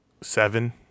seven